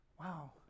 Wow